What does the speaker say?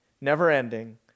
never-ending